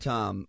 Tom